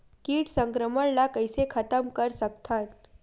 कीट संक्रमण ला कइसे खतम कर सकथन?